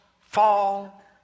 fall